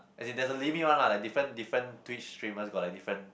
as in there is a limit one lah like different different Tweets treatments got like different